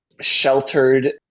sheltered